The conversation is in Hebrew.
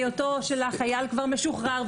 בהיותו של החייל משוחרר.